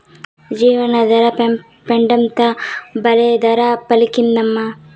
జీవాల పెండంతా బల్లే ధర పలికిందమ్మా